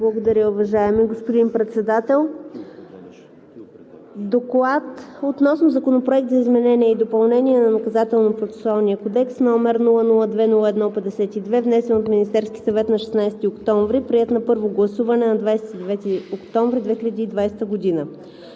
Благодаря, уважаеми господин Председател. „Доклад относно Законопроект за изменение и допълнение на Наказателно-процесуалния кодекс, № 002-01-52, внесен от Министерския съвет на 16 октомври 2020 г., приет на първо гласуване на 29 октомври 2020 г.